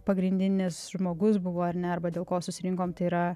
pagrindinis žmogus buvo ar ne arba dėl ko susirinkom tai yra